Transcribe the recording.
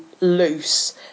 loose